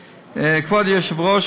האוצר: כבוד היושב-ראש,